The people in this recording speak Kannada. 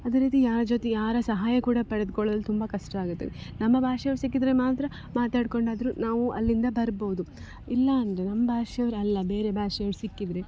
ಅದೇ ರೀತಿ ಯಾರ ಜೊತೆ ಯಾರ ಸಹಾಯ ಕೂಡ ಪಡೆದುಕೊಳ್ಳಲು ತುಂಬ ಕಷ್ಟ ಆಗುತ್ತವೆ ನಮ್ಮ ಭಾಷೆಯವ್ರು ಸಿಕ್ಕಿದ್ದರೆ ಮಾತ್ರ ಮಾತಾಡಿಕೊಂಡಾದ್ರು ನಾವು ಅಲ್ಲಿಂದ ಬರ್ಬೌದು ಇಲ್ಲ ಅಂದ್ರೂ ನಮ್ಮ ಭಾಷೆಯವ್ರು ಅಲ್ಲ ಬೇರೆ ಭಾಷೆಯವ್ರು ಸಿಕ್ಕಿದರೆ